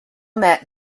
met